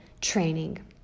training